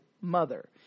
mother